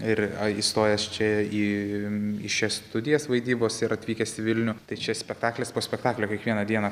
ir ai įstojęs čia į į šias studijas vaidybos ir atvykęs į vilnių tai čia spektaklis po spektaklio kiekvieną dieną